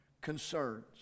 concerns